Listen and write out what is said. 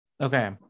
Okay